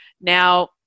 Now